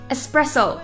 Espresso